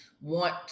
want